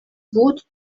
good